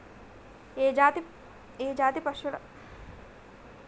ఏ జాతి పశువుల పాలలో వెన్నె శాతం ఎక్కువ ఉంటది?